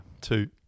two